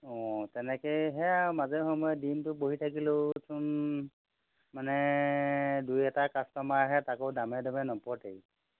অ' তেনেকেই সেয়া আৰু মাজে সময়ে দিনটো বহি থাকিলেওচোন মানে দুই এটা কাষ্টমাৰহে তাকো দামে দামে নপতেই